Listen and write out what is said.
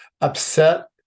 upset